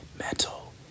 metal